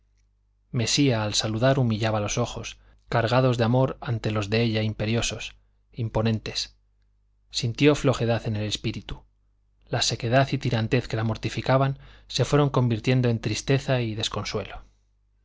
mesía al saludar humillaba los ojos cargados de amor ante los de ella imperiosos imponentes sintió flojedad en el espíritu la sequedad y tirantez que la mortificaban se fueron convirtiendo en tristeza y desconsuelo